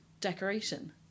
decoration